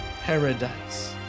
paradise